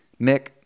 Mick